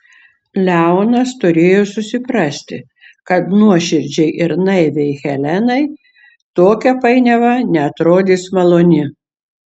leonas turėjo susiprasti kad nuoširdžiai ir naiviai helenai tokia painiava neatrodys maloni